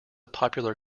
popular